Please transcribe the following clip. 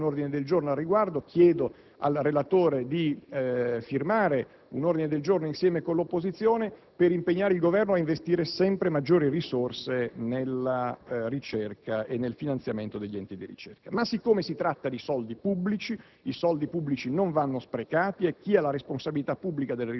Presenterò un ordine del giorno al riguardo. Chiedo al relatore di firmare un ordine del giorno insieme all'opposizione per impegnare il Governo ad investire sempre maggiori risorse nella ricerca e nel finanziamento degli enti di ricerca. Ma siccome si tratta di soldi pubblici, quest'ultimi non vanno sprecati e chi ha la responsabilità